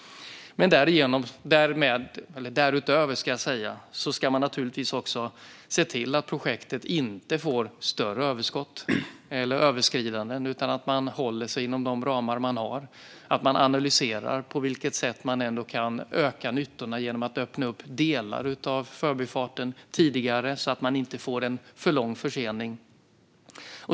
Därutöver ska man naturligtvis också se till att projektet inte får större överskridanden utan att man håller sig inom de ramar man har. Det handlar om att man analyserar på vilket sätt man kan öka nyttorna genom att öppna delar av Förbifarten tidigare så att man inte får en för lång försening.